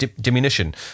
diminution